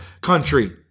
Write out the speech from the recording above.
country